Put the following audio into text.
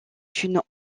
une